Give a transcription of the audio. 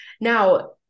Now